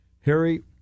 Harry